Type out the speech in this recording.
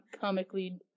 comically